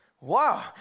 wow